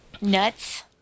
Nuts